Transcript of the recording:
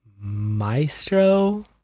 maestro